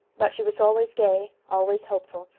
but she was always gay, always hopeful,